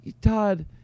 Todd